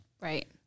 Right